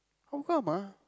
how come ah